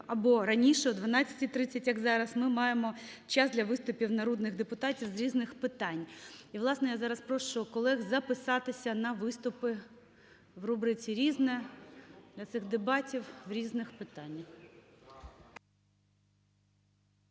або раніше, о 12:30, як зараз, ми маємо час для виступів народних депутатів з різних питань. І, власне, я зараз прошу колег записатися на виступи в рубриці "Різне" для цих дебатів в різних питаннях.